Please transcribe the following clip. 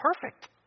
perfect